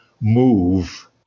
move